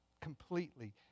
completely